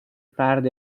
فرد